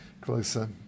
closer